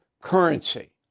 currency